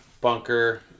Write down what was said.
bunker